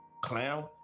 Clown